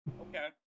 Okay